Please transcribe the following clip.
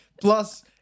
plus